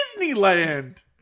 Disneyland